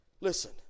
Listen